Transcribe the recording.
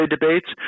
debates